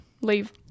Leave